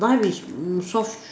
life is mm soft